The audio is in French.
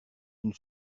une